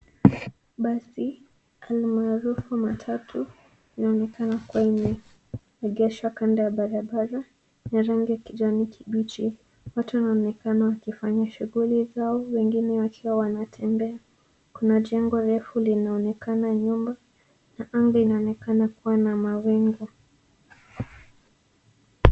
Basi almaarufu matatu inaonekana kuwa imeegeshwa kando ya barabara, ya rangi ya kijani kibichi. Watu wanaonekana wakifanya shughuli zao, wengine wakiwa wanatembea. Kuna jengo refu linaonekana nyuma. Anga inaonekana kuwa na mawingu.